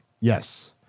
Yes